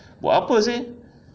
buat apa seh